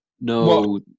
No